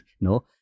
no